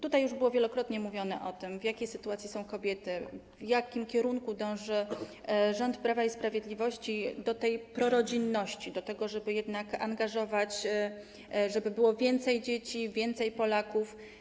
Tutaj już wielokrotnie mówiono o tym, w jakiej sytuacji są kobiety, w jakim kierunku dąży rząd Prawa i Sprawiedliwości, chodzi o dążenie do tej prorodzinności, do tego, żeby jednak angażować, żeby było więcej dzieci, więcej Polaków.